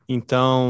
Então